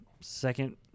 second